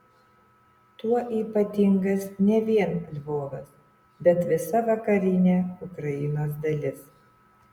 tuo ypatingas ne vien lvovas bet visa vakarinė ukrainos dalis